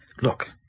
Look